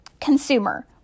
consumer